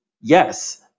yes